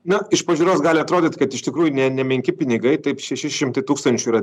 na iš pažiūros gali atrodyt kad iš tikrųjų ne nemenki pinigai taip šeši šimtai tūkstančių yra